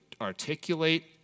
articulate